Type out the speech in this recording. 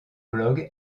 blog